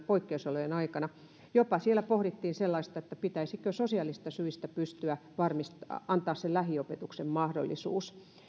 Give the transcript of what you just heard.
poikkeusolojen aikana siellä pohdittiin jopa sellaista pitäisikö sosiaalisista syistä pystyä antamaan se lähiopetuksen mahdollisuus